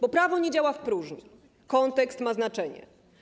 Bo prawo nie działa w próżni, kontekst ma znaczenie.